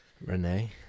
Renee